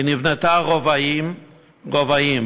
נבנתה רבעים-רבעים.